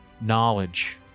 knowledge